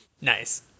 Nice